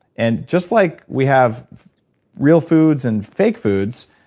and just like we have real foods and fake foods,